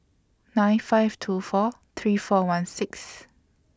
nine five two four three four one six